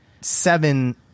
seven